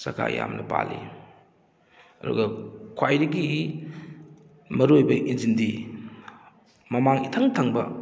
ꯆꯀꯥ ꯌꯥꯝꯅ ꯄꯥꯜꯂꯤ ꯑꯗꯨꯒ ꯈ꯭ꯋꯥꯏꯗꯒꯤ ꯃꯔꯨ ꯑꯣꯏꯕ ꯏꯟꯖꯤꯟꯗꯤ ꯃꯃꯥꯡ ꯏꯊꯪ ꯊꯪꯕ